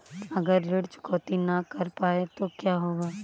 अगर ऋण चुकौती न कर पाए तो क्या होगा?